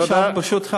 ראש הממשלה,